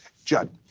judd,